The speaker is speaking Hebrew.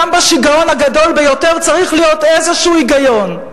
וגם בשיגעון הגדול ביותר צריך להיות איזה היגיון,